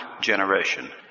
generation